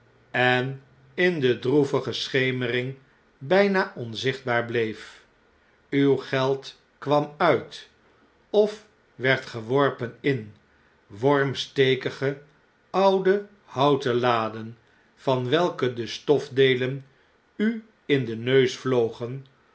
en in de droevige schemering bnna onzichtbaar bleef uw geld kwam uit of werd geworpen in wormstekige oude houten laden van welke de stofdeelen u in den neus